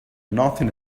nothing